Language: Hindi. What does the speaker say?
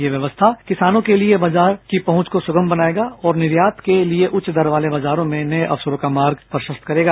यह व्यवस्था किसानों के लिये बाजार की पहुंच को सुगम बनायेगा और निर्यात के लिये उच्च दर वाले बाजारों में नये अवसरों का मार्ग प्रशस्त्र करेगा